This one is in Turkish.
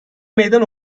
meydan